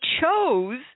chose